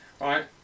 right